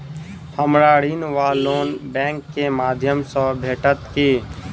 हमरा ऋण वा लोन बैंक केँ माध्यम सँ भेटत की?